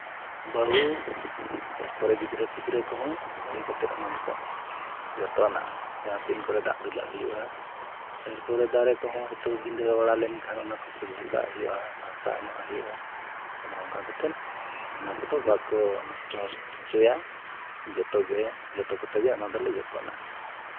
ᱵᱟᱹᱦᱩ ᱮᱨᱯᱚᱨᱮ ᱜᱤᱫᱽᱨᱟᱹ ᱯᱤᱫᱽᱨᱟᱹ ᱠᱚᱦᱚᱸ ᱯᱟᱹᱨᱤ ᱠᱟᱛᱮᱫ ᱚᱱᱟ ᱫᱚᱠᱚ ᱡᱚᱛᱚᱱᱟᱜᱼᱟ ᱡᱟᱦᱟᱸᱛᱤᱱ ᱠᱚᱨᱮ ᱫᱟᱜ ᱫᱩᱞᱟᱜ ᱦᱩᱭᱩᱜᱼᱟ ᱮᱨᱯᱚᱨᱮ ᱫᱟᱨᱮ ᱠᱚᱦᱚᱸ ᱱᱤᱛᱚᱜ ᱵᱷᱤᱸᱫᱟᱹᱲ ᱵᱟᱲᱟ ᱞᱮᱱᱠᱷᱟᱱ ᱚᱱᱟᱠᱚ ᱥᱚᱡᱷᱮ ᱠᱟᱜ ᱦᱩᱭᱩᱜᱼᱟ ᱦᱟᱥᱟ ᱮᱢᱟᱜ ᱦᱩᱭᱩᱜᱼᱟ ᱟᱫᱚ ᱱᱚᱝᱠᱟ ᱠᱟᱛᱮᱫ ᱚᱱᱟ ᱠᱚᱫᱚ ᱵᱟᱠᱚ ᱱᱚᱥᱴᱚ ᱦᱚᱪᱚᱭᱟ ᱡᱚᱛᱚᱜᱮ ᱡᱚᱛᱚ ᱠᱚᱛᱮᱜᱮ ᱚᱱᱟ ᱫᱚᱞᱮ ᱡᱚᱛᱚᱱᱟ